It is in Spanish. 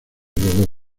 rodó